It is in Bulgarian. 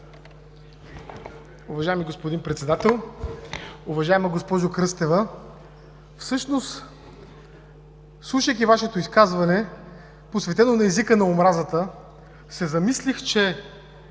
Уважаеми господин Председател, уважаема госпожо Кръстева! Всъщност, слушайки Вашето изказване, посветено на езика на омразата, се замислих, че